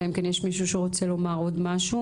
אלא אם כן עוד מישהו רוצה לומר משהו.